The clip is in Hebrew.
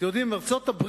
אתם יודעים, ארצות-הברית